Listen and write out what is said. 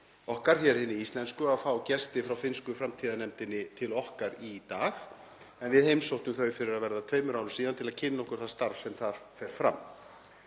hinni íslensku að fá gesti frá finnsku framtíðarnefndinni til okkar í dag, en við heimsóttum þau fyrir að verða tveimur árum síðan til að kynna okkur það starf sem þar fer fram.